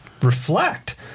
reflect